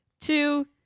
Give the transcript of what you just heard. two